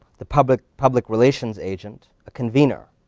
the public public relations agent, a convener.